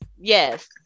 Yes